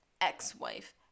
Ex-wife